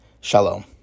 Shalom